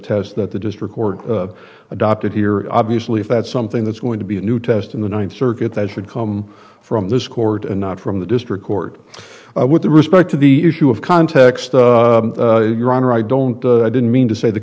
test that the district court adopted here obviously if that's something that's going to be a new test in the ninth circuit that should come from this court and not from the district court with respect to the issue of context your honor i don't i didn't mean to say the